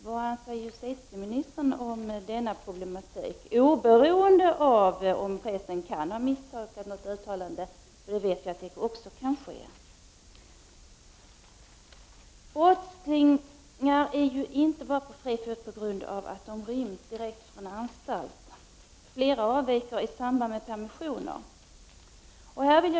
Vad anser justitieministern — bortsett från att pressen kan ha misstolkat något uttalande, vilket vi vet kan ske — om denna problematik? Brottslingar är inte bara på fri fot på grund av att de har rymt direkt från en anstalt utan många avviker vid permissioner.